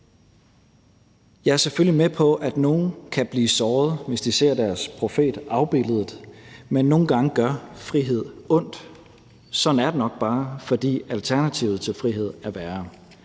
Jeg er selvfølgelig med på, at nogle kan blive såret, hvis de ser deres profet afbildet, men nogle gange gør frihed ondt. Sådan er det nok bare, for alternativet til frihed er værre.